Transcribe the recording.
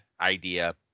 idea